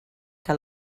que